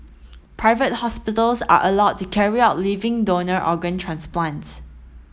private hospitals are allowed to carry out living donor organ transplants